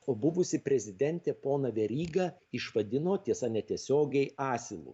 o buvusi prezidentė poną verygą išvadino tiesa netiesiogiai asilu